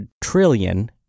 trillion